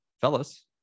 fellas